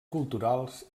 culturals